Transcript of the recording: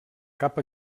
cap